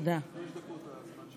לא אחרוג.